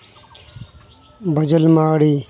Bajal Mardi